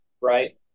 right